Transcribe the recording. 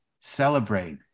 celebrate